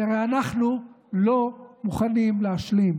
כי הרי אנחנו לא מוכנים להשלים